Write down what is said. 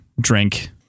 drink